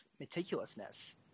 meticulousness